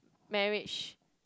marriage